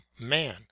man